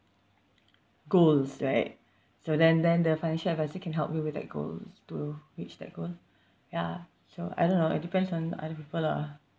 goals right so then then the financial advisor can help you with that goals to reach that goal ya so I don't know it depends on other people lah